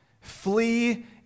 Flee